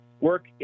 work